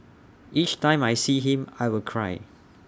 each time I see him I will cry